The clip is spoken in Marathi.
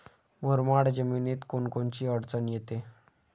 मुरमाड जमीनीत कोनकोनची अडचन येते?